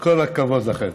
כל הכבוד לכם.